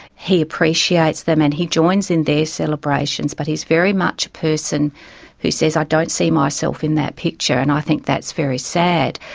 he appreciates them and he joins in their celebrations but he is very much a person who says i don't see myself in that picture, and i think that's very sad.